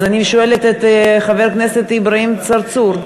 אז אני שואלת את חבר הכנסת אברהים צרצור,